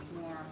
more